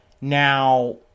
Now